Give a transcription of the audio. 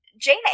Jane